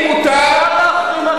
מותר להחרים ערבים לפי החוק הזה.